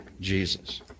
Jesus